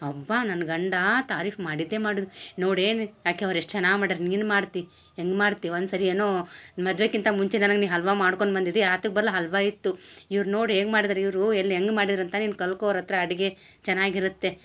ಅವ್ವ ನನ್ನ ಗಂಡ ತಾರೀಫ್ ಮಾಡಿದ್ದೆ ಮಾಡಿದ ನೋಡೇನಿ ಆಕಿ ಅವ್ರು ಎಷ್ಟು ಚೆನ್ನಾಗಿ ಮಾಡ್ಯಾರ ನೀನು ಮಾಡ್ತಿ ಹೆಂಗೆ ಮಾಡ್ತಿ ಒನ್ಸರ್ತಿ ಏನೋ ಮದ್ವೆಕ್ಕಿಂತ ಮುಂಚೆ ನನಗೆ ನೀ ಹಲ್ವ ಮಾಡ್ಕೊಂಡು ಬಂದಿದಿ ಆತಕ್ ಬಲ್ಲ ಹಲ್ವ ಇತ್ತು ಇವ್ರು ನೋಡಿ ಹೇಗೆ ಮಾಡಿದ್ದಾರೆ ಇವರು ಎಲ್ಲಿ ಹೆಂಗೆ ಮಾಡಿದ್ರಂತ ನೀನು ಕಲ್ಕೋ ಅವ್ರ ಹತ್ರ ಅಡ್ಗೆ ಚೆನ್ನಾಗಿರುತ್ತೆ